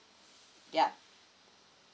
yup